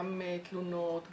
גם תלונות,